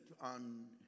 on